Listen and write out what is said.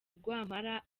rwampara